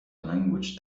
language